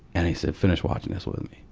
and he said, finish watching this with me.